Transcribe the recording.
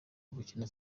gukina